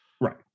Right